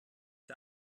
der